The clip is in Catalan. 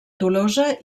tolosa